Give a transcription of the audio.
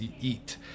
eat